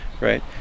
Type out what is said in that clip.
right